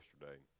yesterday